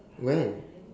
when